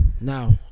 now